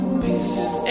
pieces